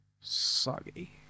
Soggy